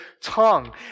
tongue